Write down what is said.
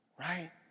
Right